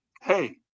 hey